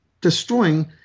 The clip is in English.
destroying